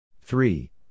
three